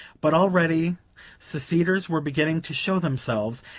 but already seceders were beginning to show themselves,